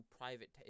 private